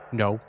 no